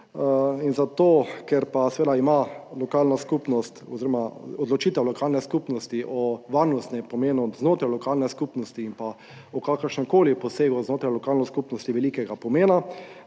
lokalna skupnost oziroma odločitev lokalne skupnosti o varnostnem pomenu znotraj lokalne skupnosti in pa o kakršnemkoli posegu znotraj lokalne skupnosti velikega pomena,